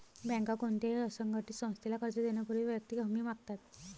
बँका कोणत्याही असंघटित संस्थेला कर्ज देण्यापूर्वी वैयक्तिक हमी मागतात